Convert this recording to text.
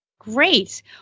Great